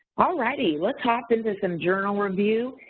alrighty, let's hop into some journal review.